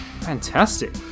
Fantastic